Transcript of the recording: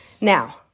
Now